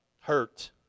hurt